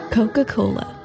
Coca-Cola